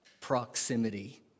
proximity